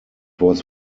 was